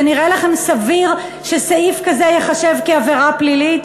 זה נראה לכם סביר שסעיף כזה ייחשב כעבירה פלילית?